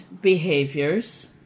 behaviors